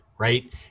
Right